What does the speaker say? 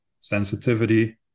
sensitivity